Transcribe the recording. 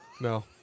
No